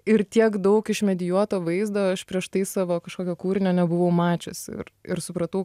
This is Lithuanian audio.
ir tiek daug iš medijuoto vaizdo aš prieš tai savo kažkokio kūrinio nebuvau mačiusi ir ir supratau